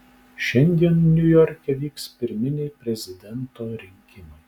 šiandien niujorke vyks pirminiai prezidento rinkimai